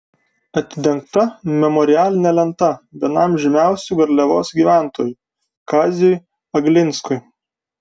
atidengta memorialinė lenta vienam žymiausių garliavos gyventojų kaziui aglinskui